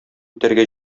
итәргә